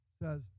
says